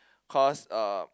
cause uh